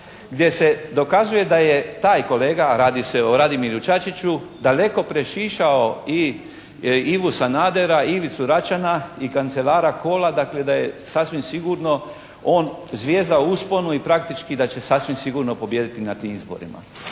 gdje se dokazuje da je taj kolega, a radi se o Radimiru Čačiću daleko prešišao i Ivu Sanadera, Ivicu Račana i kancelara Kola, dakle da je sasvim sigurno on zvijezda u usponu i praktički da će sasvim sigurno pobijediti na tim izborima.